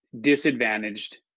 disadvantaged